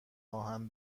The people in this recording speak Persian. آهن